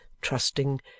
trusting